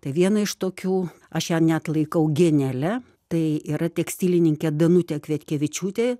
tai viena iš tokių aš ją net laikau genialia tai yra tekstilininkė danutė kvietkevičiūtė